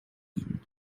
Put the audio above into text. ihnen